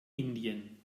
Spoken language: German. indien